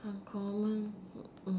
uncommon